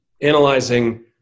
analyzing